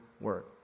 work